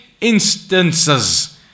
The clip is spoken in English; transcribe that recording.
instances